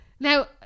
Now